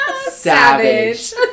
Savage